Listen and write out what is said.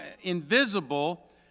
Invisible